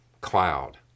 cloud